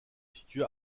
situe